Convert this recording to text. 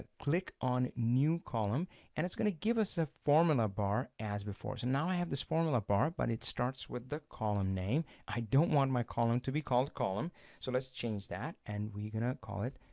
ah click on new column and it's gonna give us a formula bar as before so and now i have this formula bar but it starts with the column name i don't want my column to be called column so let's change that and we're gonna call it